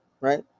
right